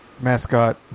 mascot